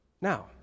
Now